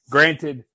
Granted